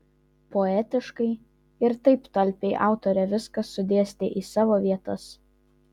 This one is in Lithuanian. poetiškai ir taip talpiai autorė viską sudėstė į savo vietas